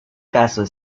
caso